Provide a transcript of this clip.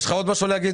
יש לך עוד משהו להגיד?